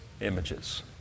images